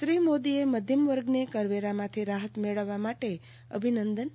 શ્રી મોદીએ મધ્યમવર્ગને કરવેરામાંથી રાહત મેળવવા માટે અભિનંદન આપ્યા